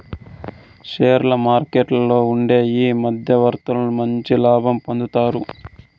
షేర్ల మార్కెట్లలో ఉండే ఈ మధ్యవర్తులు మంచి లాభం పొందుతారు